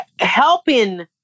helping